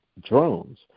drones